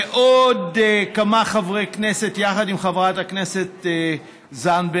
ועוד כמה חברי כנסת יחד עם חברת הכנסת זנדברג,